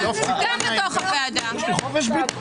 זאת דמוקרטיה.